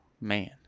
man